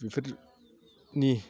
बेफोरनि